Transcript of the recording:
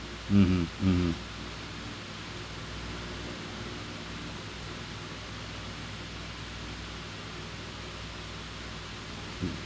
mmhmm mmhmm